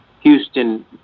Houston